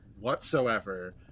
whatsoever